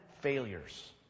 failures